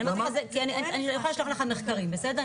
אני יכולה לשלוח לך מחקרים בסדר?